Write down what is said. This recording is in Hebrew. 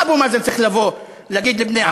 מה אבו מאזן צריך לבוא ולהגיד לבני עמו?